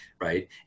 right